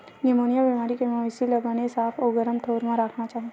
pneumonia बेमारी के मवेशी ल बने साफ अउ गरम ठउर म राखना चाही